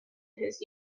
his